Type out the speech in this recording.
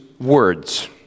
words